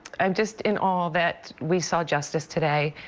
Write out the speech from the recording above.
um just in all that we saw justice today.